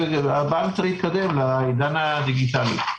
הבנק צריך להתקדם לעידן הדיגיטלי.